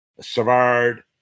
Savard